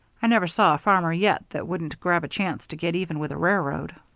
i never saw a farmer yet that wouldn't grab a chance to get even with a railroad.